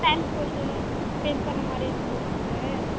time கொஞ்சம் spent பண்ண மாதிரி இருக்குமா சிஸ்டர்